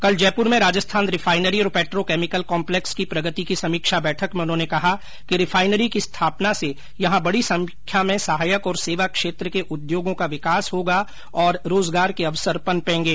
कल जयपुर में राजस्थान रिफाइनरी और पेट्रोकेमिकल कॉम्पलेक्स की प्रगति की समीक्षा बैठक में उन्होंने कहा कि रिफाइनरी की स्थापना से यहां बड़ी संख्या में सहायक और सेवा क्षेत्र के उद्योगों का विकास होगा और रोजगार के अवसर पनपेंगे